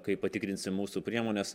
kai patikrinsim mūsų priemones